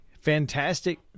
Fantastic